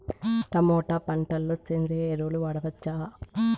Tomato పంట లో సేంద్రియ ఎరువులు వాడవచ్చా?